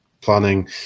planning